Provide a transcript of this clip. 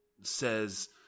says